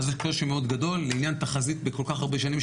אז יש קושי מאוד גדול לעניין תחזית בכל כך הרבה שנים.